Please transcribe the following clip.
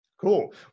cool